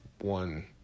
one